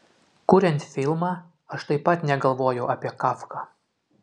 kuriant filmą aš taip pat negalvojau apie kafką